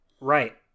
Right